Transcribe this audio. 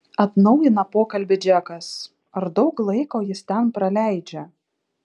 atnaujina pokalbį džekas ar daug laiko jis ten praleidžia